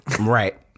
Right